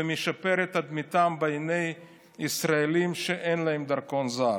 ומשפר את תדמיתם בעיני ישראלים שאין להם דרכון זר.